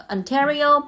Ontario